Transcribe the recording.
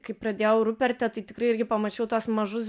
kai pradėjau ruperte tai tikrai irgi pamačiau tuos mažus